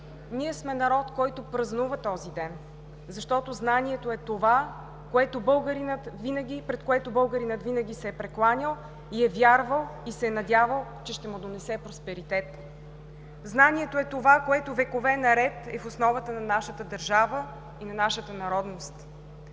Ние сме народ, който празнува този ден, защото знанието е това, пред което българинът винаги се е прекланял, и е вярвал, и се е надявал, че ще му донесе просперитет. Знанието е това, което векове наред е в основата на нашата държава и на нашата народност.